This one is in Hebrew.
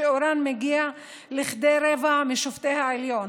שיעורן מגיע לכדי רבע משופטי העליון.